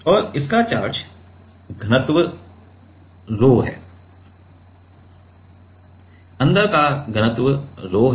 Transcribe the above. और इसका चार्ज घनत्व रोह है अंदर का घनत्व रोह है